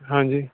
ਹਾਂਜੀ